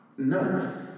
Nuts